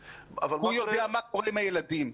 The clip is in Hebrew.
הוא יודע מה קורה עם הילדים.